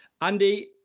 Andy